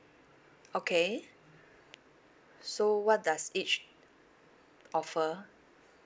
okay so what does each offer